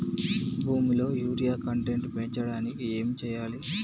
భూమిలో urea content పెంచడానికి ఏం చేయాలి?